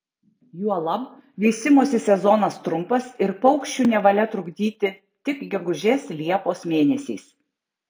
juolab veisimosi sezonas trumpas ir paukščių nevalia trukdyti tik gegužės liepos mėnesiais